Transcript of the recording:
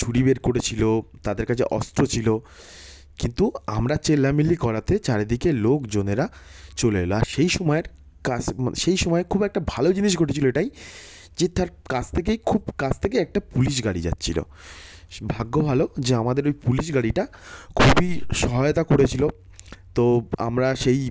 ছুরি বের করেছিলো তাদের কাছে অস্ত্র ছিলো কিন্তু আমরা চেল্লামিল্লি করাতে চারিদিকে লোকজনেরা চলে এলো আর সেই সময়ের কাছ সেই সময় খুব একটা ভালো জিনিস ঘটেছিলো এটাই যে তার কাছ থেকেই খুব কাছ থেকে একটা পুলিশ গাড়ি যাচ্চিলো ভাগ্য ভালো যে আমাদের ওই পুলিশ গাড়িটা খুবই সহায়তা করেছিলো তো আমরা সেই